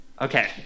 okay